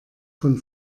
von